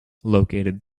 located